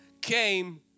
came